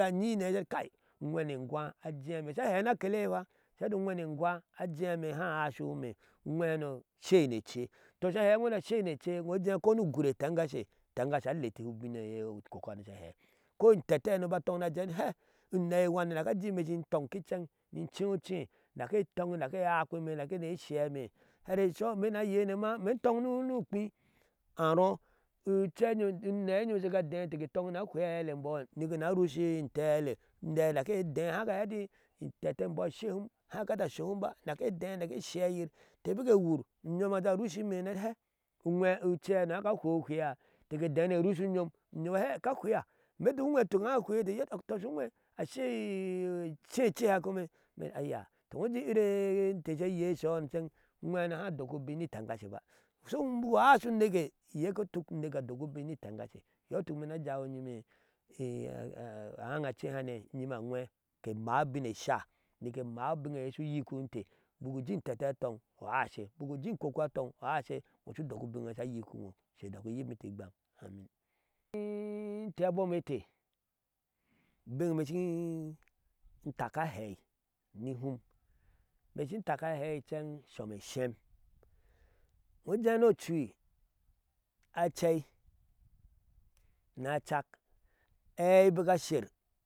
Bik ajee anyi ni aei, uŋwɛne enwa ajeema sha hee sha hee ni akele eiye fa sha hɛɛ ɛti uŋwɛne eŋwa ajɛɛ in haa aishiwa ime, uŋɛhano a shei ni ea, aishiwa ime, uŋwɛhano a shei ni ea. tɔ sha hɛɛ ɛti iŋo shei ni ea, tɔ sha hɛɛ iŋo ɛti ashei ni ece, ujɛɛ ko ni ugur e intɛngash, intɛmngashee aletihe ubin e iyee ekokohano sha hɛɛko intɛtɛhano ba tɔŋ ni a jɛɛ ɛti hɛɛ unɛi wani dik atɔŋ ni a jɛɛ ime shin tɔŋ ki incen ni incee uce dak etɔnnidak eakpime daki ni eshɛɛme. hɛre shɔuhɔ imee ni a yeini ma, imee inton ni ukpi arɔɔ ucei nyom, unɛɛ nyom shiga dee inte ke tɔn ni ahwei aele e imbɔɔ ni gina arushi intɛɛ aɛle unɛha dak ede haka hɛɛ ɛti intɛtɛɛ e imbɔɔ ashei hum haa ga hɛɛ, ɛti asho hum ba dak ede dak eshɛɛ yir inte bik ewur unyom aje a rusha ime ɛti hɛɛ unwɛɛ udei hano haka ahwei ohwia? Inte ke dee ni erusha unyom, unyom hɛɛ ka hwia ime tu nwee utuk haa ahwei ite, iyee eti tɔ utuk haa ahece inoo ujɛɛ yir ete she yei shoulhɔ inceŋ udwehano haa adokki ubim ni itɛngashe ba. so igo bik u aishe uneke eye ka tuk uneke adok ubin ni itɛŋsgashe iyɔɔ ituk imee ni a jawa inyime aaaŋa acehanei nyimee aŋwee ke mao abin esha mike maa ubin eye shu yikihinte bik ujɛ inkoko sha atɔŋ u asihe, ino, shu dok ubiŋe e iŋo sha yikihiŋo, ushe dak uyikintee ingbam amin ɛee inte abom ete, ubige imee shin taka ahɛɛi nihum imee shin taka hɛi incɛŋ shom eshem iŋoo ujɛɛ ni ocui acei ni aca, aɛi bik asher.